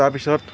তাৰ পিছত